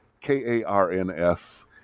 K-A-R-N-S